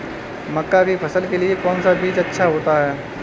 मक्का की फसल के लिए कौन सा बीज अच्छा होता है?